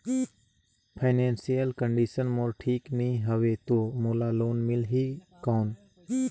Financial condition मोर ठीक नी हवे तो मोला लोन मिल ही कौन??